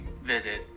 visit